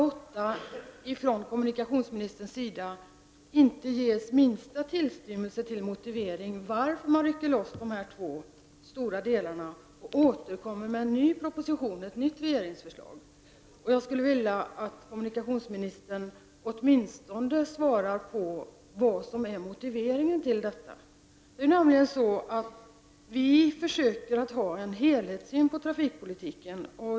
8 från kommunikationsministern inte ges minsta tillstymmelse till motivering till att man har ryckt loss dessa två stora delar och återkommer med en särproposition med ett nytt förslag. Jag skulle vilja att kommunikationsministern åtminstone svarade på vad som är motiveringen till detta. Det är nämligen så att vi försöker ha en helhetssyn på trafikpolitiken.